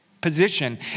position